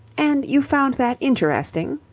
and you found that interesting?